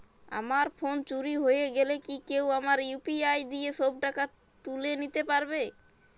আমার ফোন চুরি হয়ে গেলে কি কেউ আমার ইউ.পি.আই দিয়ে সব টাকা তুলে নিতে পারবে?